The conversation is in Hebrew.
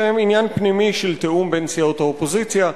שהם עניין פנימי של תיאום בין סיעות האופוזיציה,